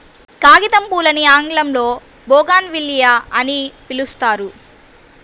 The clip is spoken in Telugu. కాగితంపూలని ఆంగ్లంలో బోగాన్విల్లియ అని పిలుస్తారు